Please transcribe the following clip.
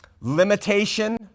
limitation